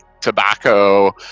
tobacco